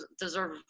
deserve